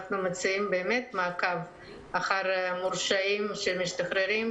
אנחנו מציעים מעקב אחרי מורשעים שמשתחררים,